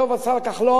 השר כחלון,